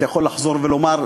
אתה יכול לחזור ולומר,